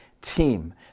team